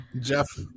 Jeff